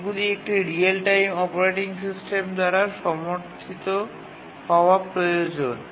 এগুলি একটি real time operating system দ্বারা সমর্থিত হওয়া প্রয়োজন